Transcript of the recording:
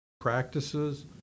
practices